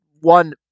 one